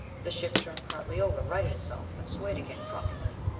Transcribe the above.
the ship turned partly over. righted itself. then swayed again, drunkenly.